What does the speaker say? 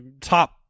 top